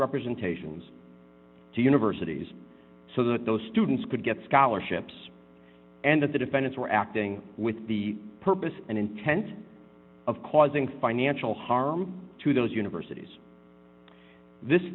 representations to universities so that those students could get scholarships and that the defendants were acting with the purpose and intent of causing financial harm to those universities this